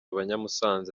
abanyamusanze